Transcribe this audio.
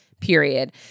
period